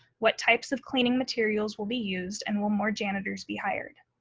what types of cleaning materials will be used, and will more janitors be hired?